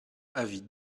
avis